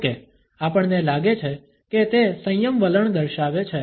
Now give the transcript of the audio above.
જો કે આપણને લાગે છે કે તે સંયમ વલણ દર્શાવે છે